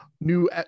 new